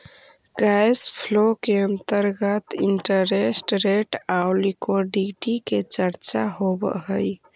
cash flow के अंतर्गत interest rate आउ लिक्विडिटी के चर्चा होवऽ हई